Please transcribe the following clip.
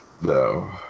No